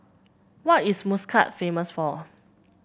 what is Muscat famous for